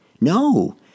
No